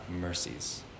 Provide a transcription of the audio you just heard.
mercies